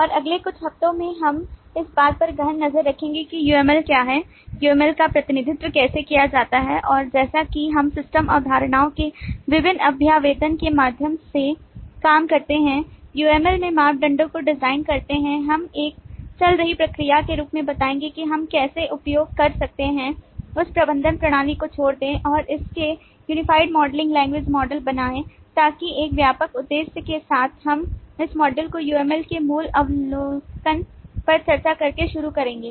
और अगले कुछ हफ़्तों में हम इस बात पर गहन नज़र रखेंगे कि UML क्या है UML का प्रतिनिधित्व कैसे किया जाता है और जैसा कि हम सिस्टम अवधारणाओं के विभिन्न अभ्यावेदन के माध्यम से काम करते हैं UML में मापदंडों को डिज़ाइन करते हैं हम एक चल रही प्रक्रिया के रूप में बताएंगे कि हम कैसे उपयोग कर सकते हैं उस प्रबंधन प्रणाली को छोड़ दें और इसके Unified Modelling Language मॉडल बनाएं ताकि एक व्यापक उद्देश्य के साथ हम इस मॉड्यूल को UML के मूल अवलोकन पर चर्चा करके शुरू करेंगे